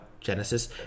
genesis